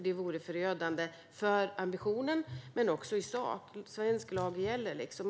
Det vore ju förödande för ambitionen men också i sak. Svensk lag gäller.